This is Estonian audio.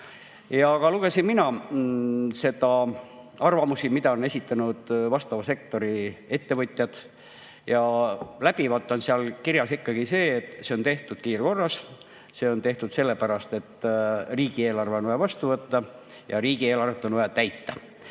kattev. Lugesin ka mina arvamusi, mida on esitanud vastava sektori ettevõtjad. Läbivalt on seal kirjas ikkagi see, et see [eelnõu] on tehtud kiirkorras, see on tehtud sellepärast, et riigieelarve on vaja vastu võtta ja riigieelarvet on vaja täita.